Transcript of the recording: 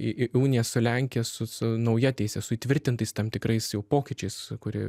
į į uniją su lenkija su su nauja teise su įtvirtintais tam tikrais jau pokyčiais kurie